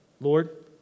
Lord